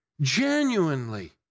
genuinely